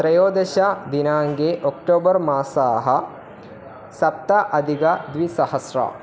त्रयोदश दिनाङ्के अक्टोबर् मासः सप्ताधिकद्विसहस्रम्